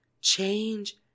change